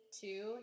two